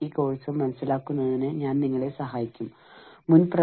ഈ കോഴ്സ് മനസിലാക്കുവാൻ ഞാൻ നിങ്ങളെ സഹായിച്ചിട്ടുണ്ട്